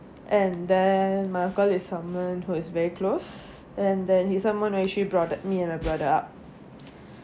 and then my uncle is someone who is very close and then he's someone who actually brought me and my brother up